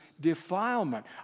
defilement